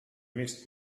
missed